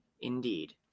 indeed